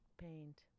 paint